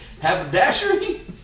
haberdashery